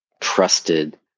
trusted